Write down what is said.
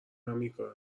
همینکارو